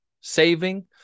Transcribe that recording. saving